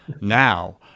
Now